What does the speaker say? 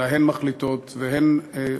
אלא הן מחליטות,